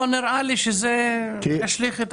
נראה לי שזה ישליך.